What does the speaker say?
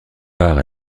part